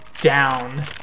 down